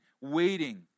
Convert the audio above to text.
waiting